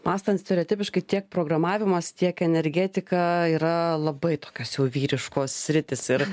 mąstant stereotipiškai tiek programavimas tiek energetika yra labai tokios jau vyriškos sritys ir